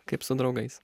kaip su draugais